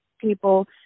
people